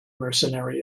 mercenary